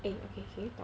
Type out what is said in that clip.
eh I can hear you